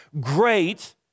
great